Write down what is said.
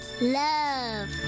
Love